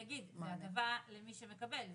לא, אז אני אגיד, זו הטבה למי מקבל.